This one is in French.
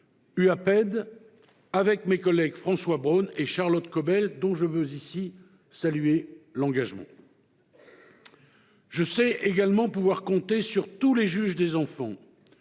(Uaped), avec mes collègues François Braun et Charlotte Caubel, dont je veux saluer l'engagement. Je sais également pouvoir compter sur tous les juges des enfants,